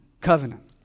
covenant